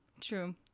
True